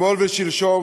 אתמול ושלשום,